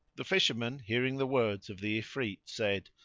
the fisherman, hearing the words of the ifrit, said,